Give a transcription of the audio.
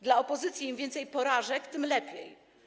Dla opozycji im więcej porażek, tym lepiej.